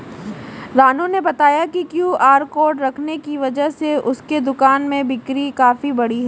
रानू ने बताया कि क्यू.आर कोड रखने की वजह से उसके दुकान में बिक्री काफ़ी बढ़ी है